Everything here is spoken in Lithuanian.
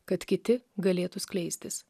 kad kiti galėtų skleistis